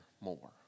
more